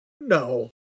No